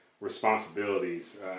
responsibilities